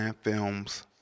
Films